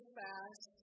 fast